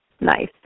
Nice